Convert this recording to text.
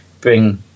bring